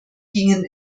gingen